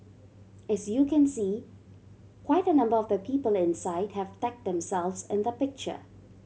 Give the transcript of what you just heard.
as you can see quite a number of the people inside have tagged themselves in the picture